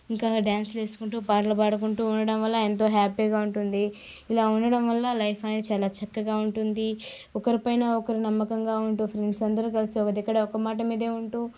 ఇంకా అక్కడ డ్యాన్స్లు వేసుకుంటూ పాటలు పాడుకుంటూ ఉండడం వల్ల ఎంతో హ్యాపీగా ఉంటుంది ఇలా ఉండడం వల్ల లైఫ్ అనేది చాలా చక్కగా ఉంటుంది ఒకరి పైన ఒకరు నమ్మకంగా ఉంటూ ఫ్రెండ్స్ అందరూ కలిసి ఒక దగ్గరే ఒక మాట మీదే ఉంటూ